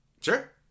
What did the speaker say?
Sure